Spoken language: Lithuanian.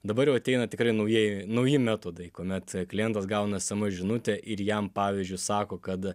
dabar jau ateina tikrai naujai nauji metodai kuomet klientas gauna sms žinutę ir jam pavyzdžiui sako kad